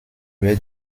baie